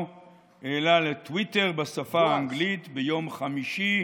העלה לטוויטר בשפה האנגלית ביום חמישי,